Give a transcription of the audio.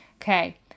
Okay